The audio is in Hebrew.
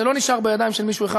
זה לא נשאר בידיים של מישהו אחד,